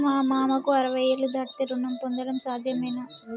మా మామకు అరవై ఏళ్లు దాటితే రుణం పొందడం సాధ్యమేనా?